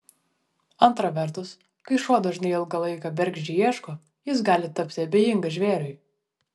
antra vertus kai šuo dažnai ilgą laiką bergždžiai ieško jis gali tapti abejingas žvėriui